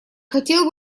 хотел